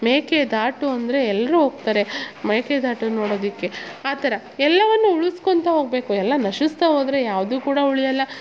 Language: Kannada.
ಮೇಕೆದಾಟು ಅಂದರೆ ಎಲ್ಲರು ಹೋಗ್ತಾರೆ ಮೇಕೆದಾಟು ನೋಡೋದಕ್ಕೆ ಆ ಥರ ಎಲ್ಲವನ್ನು ಉಳಿಸ್ಕೊಂತ ಹೋಗಬೇಕು ಎಲ್ಲಾ ನಶಿಸ್ತ ಹೋದ್ರೆ ಯಾವುದ್ ಕೂಡ ಉಳಿಯೋಲ್ಲ